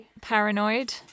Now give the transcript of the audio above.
Paranoid